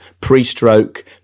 pre-stroke